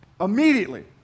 immediately